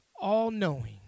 all-knowing